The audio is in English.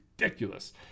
ridiculous